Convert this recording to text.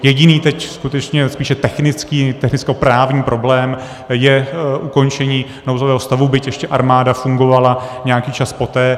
Jediný teď skutečně spíše technickoprávní problém je ukončení nouzového stavu, byť ještě armáda fungovala nějaký čas poté.